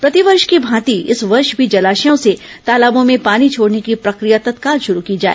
प्रतिवर्ष की भांति इस वर्ष भी जलाशयों से तालाबों में पानी छोड़ने की प्रक्रिया तत्काल शुरू की जाए